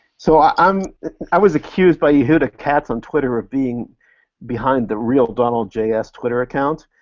so i um i was accused by yehuda katz on twitter of being behind the realdonaldjs twitter account,